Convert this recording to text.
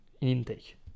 intake